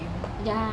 ya